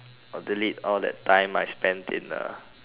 delete all that I spent in a